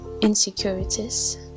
insecurities